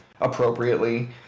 appropriately